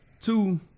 Two